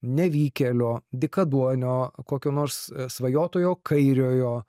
nevykėlio dykaduonio kokio nors svajotojo kairiojo